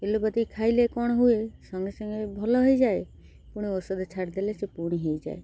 allopathy ଖାଇଲେ କ'ଣ ହୁଏ ସଙ୍ଗେ ସଙ୍ଗେ ଭଲ ହେଇଯାଏ ପୁଣି ଔଷଧ ଛାଡ଼ିଦେଲେ ସେ ପୁଣି ହେଇଯାଏ